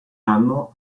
anno